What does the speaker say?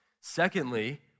Secondly